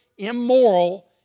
immoral